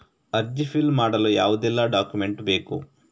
ಅರ್ಜಿ ಫಿಲ್ ಮಾಡಲು ಯಾವುದೆಲ್ಲ ಡಾಕ್ಯುಮೆಂಟ್ ಬೇಕು?